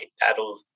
That'll